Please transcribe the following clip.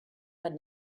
but